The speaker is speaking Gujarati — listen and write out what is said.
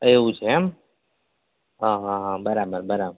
એવું છે એમ અહં અહં બરાબર બરાબર